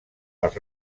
els